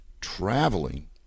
traveling